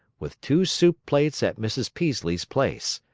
with two soup plates at mrs. peaslee's place.